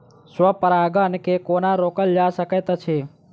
स्व परागण केँ कोना रोकल जा सकैत अछि?